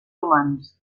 romans